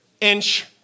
inch